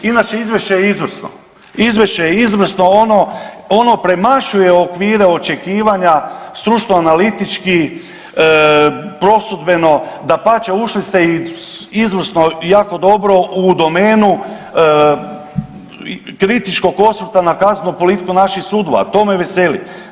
Inače, izvješće je izvrsno, izvješće je izvrsno, ono premašuje okvire očekivanja, stručno analitički, prosudbeno, dapače, ušli ste i izvrsno i u domenu kritičkog osvrta na kaznenu politiku naših sudova, a to me veseli.